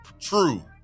true